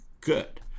good